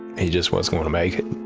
he just wasn't going to make it.